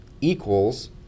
equals